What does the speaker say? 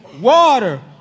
water